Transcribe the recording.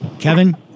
Kevin